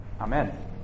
Amen